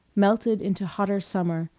melted into hotter summer,